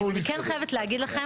אני כן חייבת להגיד לכם,